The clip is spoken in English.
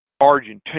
Argentina